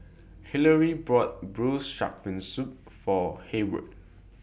Hillary bought Braised Shark Fin Soup For Hayward